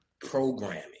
programming